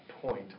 point